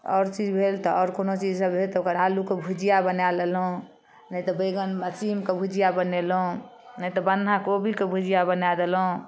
आओर चीज भेल तऽ आओर कोनो चीज सब है तऽ ओकर आलूके भुजिया बना लेलहुँ नै तऽ बैंगन सीमके भुजिया बनेलहुँ नहि तऽ बन्धा कोबीके भुजिया बना देलहुँ